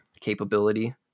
capability